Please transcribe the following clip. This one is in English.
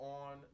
on